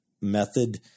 method